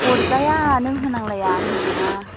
अरजाया नों होनांलाया आं होगोनना